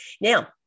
Now